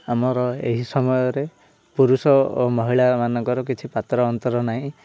ଆମର ଏହି ସମୟରେ ପୁରୁଷ ଓ ମହିଳାମାନଙ୍କର କିଛି ପାତର ଅନ୍ତର ନାହିଁ